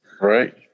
Right